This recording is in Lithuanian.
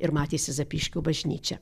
ir matėsi zapyškio bažnyčia